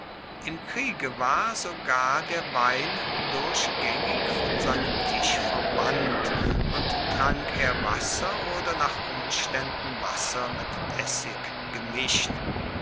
im kriege war sogar der wein durchgaengig von seinem tisch verbannt und trank er wasser oder nach umstaenden wasser mit essig gemischt